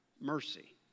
mercy